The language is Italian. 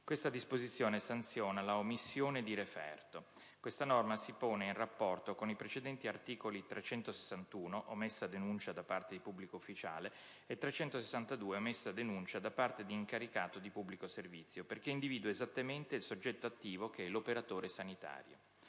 questa disposizione sanziona la «Omissione di referto». Questa norma si pone in un rapporto di specialità con i precedenti articoli 361 («Omessa denuncia da parte di pubblico ufficiale») e 362 («Omessa denuncia da parte di incaricato di pubblico servizio»), perché individua esattamente il soggetto attivo che è l'operatore sanitario;